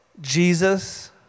Jesus